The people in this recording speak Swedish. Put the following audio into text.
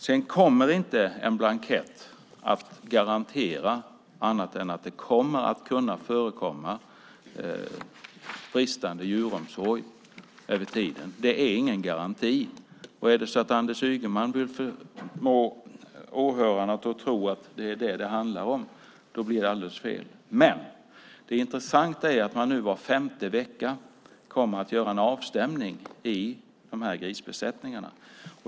Sedan kommer inte en blankett att garantera att det inte kommer att kunna förekomma bristande djuromsorg över tiden. Det är ingen garanti. Är det så att Anders Ygeman vill få åhörarna att tro att det är det som det handlar om blir det alldeles fel. Det intressanta är att man nu var femte vecka kommer att göra en avstämning i de här grisbesättningarna.